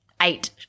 eight